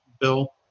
Bill